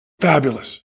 fabulous